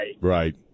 Right